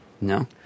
No